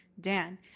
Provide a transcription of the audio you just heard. dan